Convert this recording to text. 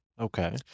Okay